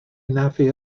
anafu